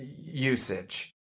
usage